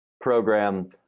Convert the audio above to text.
program